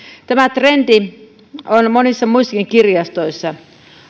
tämä trendi on monissa muissakin kirjastoissa